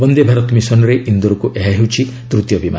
ବନ୍ଦେ ଭାରତ ମିଶନ୍ରେ ଇନ୍ଦୋରକୁ ଏହା ହେଉଛି ତୂତୀୟ ବିମାନ